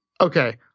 okay